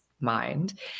mind